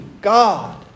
God